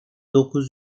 dokuz